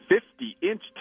50-inch